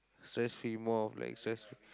stress free more of like stress free